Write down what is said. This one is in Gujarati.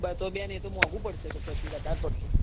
તો બેન એ તો મોંઘુ પડશે તો પછી વધારે પડતું